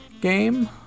game